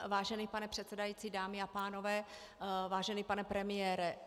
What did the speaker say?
Vážený pane předsedající, dámy a pánové, vážený pane premiére.